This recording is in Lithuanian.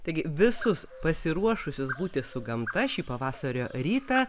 taigi visus pasiruošusius būti su gamta šį pavasario rytą